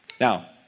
Now